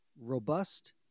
robust